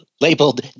labeled